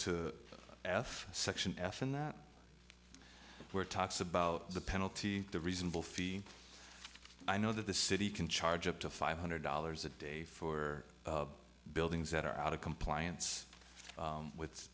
f section f in that where talks about the penalty the reasonable fee i know that the city can charge up to five hundred dollars a day for buildings that are out of compliance with